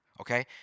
Okay